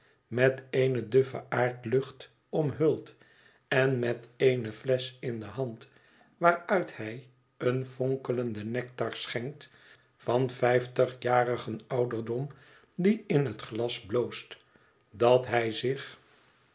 met eene duffe aardlucht omhuld en met eene flesch in de hand waaruit hij een fonkelenden nectar schenkt van vijftigjarigen ouderdom die in het glas bloost dat hij zich